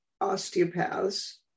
osteopaths